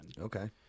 Okay